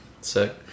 Sick